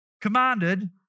commanded